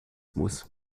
muss